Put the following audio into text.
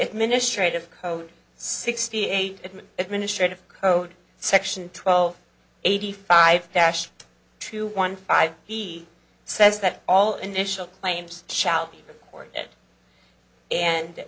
administrative code sixty eight atman administrative code section twelve eighty five dash two one five he says that all initial claims shall be reported and